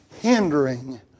hindering